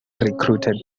recruited